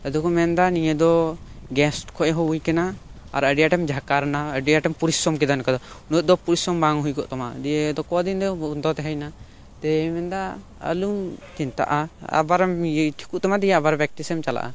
ᱟᱫᱚ ᱠᱚ ᱢᱮᱱ ᱮᱫᱟ ᱱᱤᱭᱟᱹ ᱫᱚ ᱜᱮᱥ ᱠᱷᱚᱱ ᱦᱚᱸ ᱦᱩᱭ ᱟᱠᱟᱱᱟ ᱟᱨ ᱟᱹᱰᱤ ᱟᱸᱴᱮᱢ ᱡᱷᱟᱠᱟᱨ ᱮᱱᱟ ᱟᱹᱰᱤ ᱟᱸᱴᱮᱢ ᱯᱚᱨᱤᱥᱨᱚᱢ ᱠᱮᱫᱟ ᱚᱱᱠᱟ ᱫᱚ ᱩᱱᱟᱹᱜ ᱫᱚ ᱯᱚᱨᱤᱥᱨᱚᱢ ᱵᱟᱝ ᱦᱩᱭ ᱠᱚᱜ ᱛᱟᱢᱟ ᱫᱤᱭᱮ ᱠᱚ ᱫᱤᱱ ᱫᱚ ᱵᱚᱱᱫᱚ ᱛᱟᱦᱮᱸᱭᱱᱟ ᱛᱟᱹᱭᱮ ᱢᱮᱱ ᱮᱫᱟ ᱟᱞᱚᱢ ᱪᱤᱱᱛᱟᱜᱼᱟ ᱟᱵᱟᱨᱮᱢ ᱤᱭᱟᱹ ᱴᱷᱤᱠᱚᱜ ᱛᱟᱢᱟ ᱫᱤᱭᱮ ᱟᱵᱟᱨ ᱯᱮᱠᱴᱤᱥᱮᱢ ᱪᱟᱞᱟᱜᱼᱟ